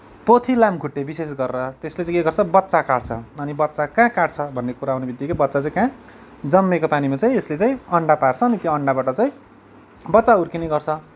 पोथी लामखुट्टे विशेष गरेर त्यसले चाहिँ के गर्छ बच्चा काढ्छ अनि बच्चा कहाँ काढ्छ भन्ने कुरा आउनेबित्तिकै बच्चा चाहिँ कहाँ जमेको पानीमा चाहिँ यसले चाहिँ अन्डा पार्छ अनि त्यो अन्डाबाट चाहिँ बच्चा हुर्किने गर्छ